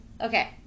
Okay